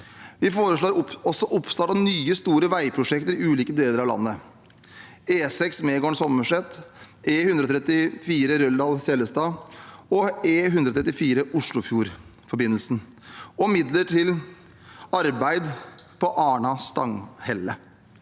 Vi foreslår også oppstart av nye, store veiprosjekter i ulike deler av landet: E6 Megården–Sommerset, E134 Røldal–Seljestad og E134 Oslofjordforbindelsen, og midler til arbeid på Arna–Stanghelle.